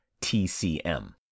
TCM